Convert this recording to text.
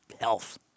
health